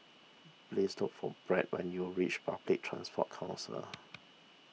please look for Byrd when you reach Public Transport Council